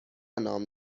نام